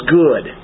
good